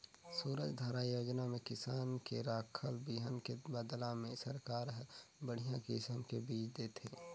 सूरजधारा योजना में किसान के राखल बिहन के बदला में सरकार हर बड़िहा किसम के बिज देथे